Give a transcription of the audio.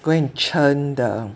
go and churn the